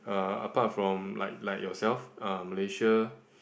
uh apart from like like yourself uh Malaysia